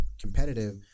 competitive